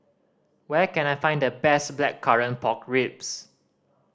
where can I find the best Blackcurrant Pork Ribs